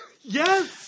Yes